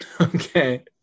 Okay